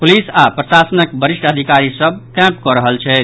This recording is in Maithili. पुलिस आओर प्रशासनक वरिष्ठ अधिकारी सभ कैम्प कऽ रहल छथि